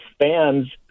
fans